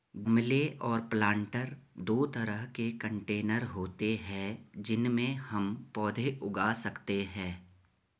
गमले और प्लांटर दो तरह के कंटेनर होते है जिनमें हम पौधे उगा सकते है